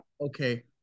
Okay